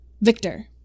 Victor